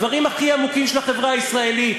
הדברים הכי עמוקים של החברה הישראלית,